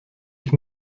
ich